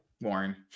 Warren